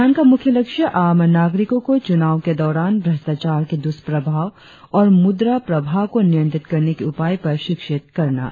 इस अभियान का मुख्य लक्ष्य आम नागरिको को चुनाव के दौरान भ्रष्टाचार के दुष्प्रभाव और मुद्रा प्रवाह को नियंत्रित करने के उपाय पर शिक्षित करना था